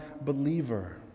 believer